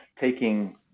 taking